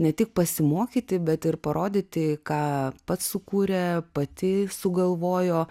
ne tik pasimokyti bet ir parodyti ką pats sukūrė pati sugalvojo